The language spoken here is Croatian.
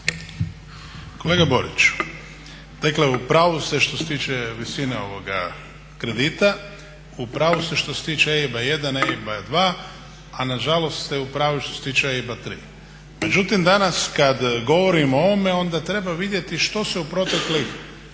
Kolega Boriću, dakle u pravu ste što se tiče visine ovoga kredita. U pravu ste što se tiče EIB-a 1, EIB-a 2 a nažalost ste u pravu što se tiče EIB-a 3. Međutim, danas kada govorimo o ovome onda treba vidjeti što se u proteklih